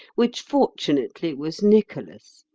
which fortunately was nicholas.